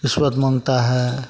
रिश्वत माँगता है